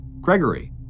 Gregory